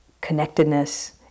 connectedness